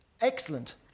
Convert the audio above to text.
Excellent